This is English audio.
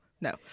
no